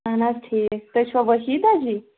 اَہَن حظ ٹھیٖک تُہۍ چھُوا وحیٖدہ جی